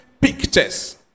pictures